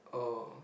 oh